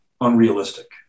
unrealistic